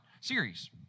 series